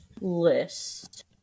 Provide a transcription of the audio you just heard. List